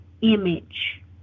image